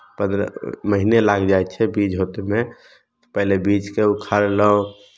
पन्द्रह महिने लागि जाइ छै बीज होतमे पहिले बीजकेँ उखाड़लहुँ